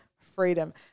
freedom